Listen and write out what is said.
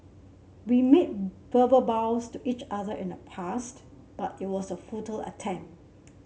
we made verbal vows to each other in the past but it was a futile attempt